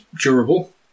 durable